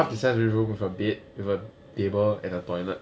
half the size of this room with a bed with a table and a toilet